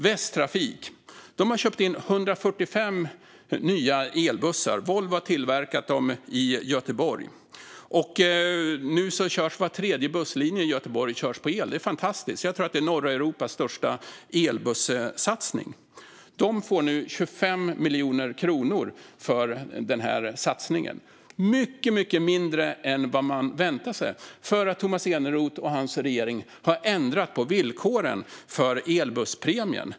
Västtrafik har köpt in 145 nya elbussar. Volvo har tillverkat dem i Göteborg, och nu körs var tredje busslinje i Göteborg på el. Det är fantastiskt. Jag tror att det är norra Europas största elbussatsning. Västtrafik får nu 25 miljoner kronor för den här satsningen, mycket mindre än man väntade sig, för Tomas Eneroth och hans regering har ändrat villkoren för elbusspremien.